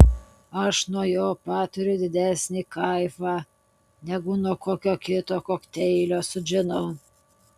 aš nuo jo patiriu didesnį kaifą negu nuo kokio kito kokteilio su džinu